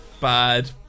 bad